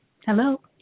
Hello